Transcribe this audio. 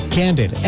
candid